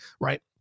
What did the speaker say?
right